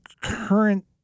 current